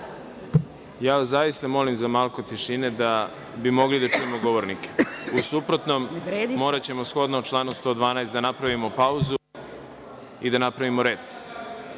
zaista molim za malko tišine da bi mogli da čujemo govornike. U suprotnom, moraćemo shodno članu 112. da napravimo pauzu i da napravimo red.